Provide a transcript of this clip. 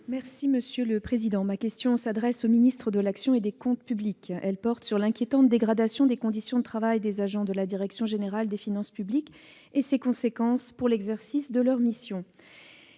des comptes publics. Ma question s'adresse au ministre de l'action et des comptes publics et porte sur l'inquiétante dégradation des conditions de travail des agents de la direction générale des finances publiques (DGFiP ) et ses conséquences pour l'exercice de leur mission.